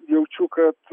jaučiu kad